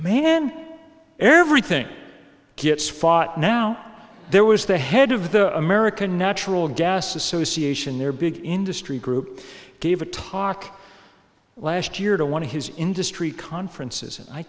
man everything gets fought now there was the head of the american natural gas association their big industry group gave a talk last year to one of his industry conferences